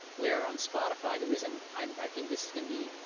where on spotify, the reason i think this is going to be,